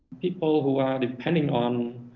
people who are depending on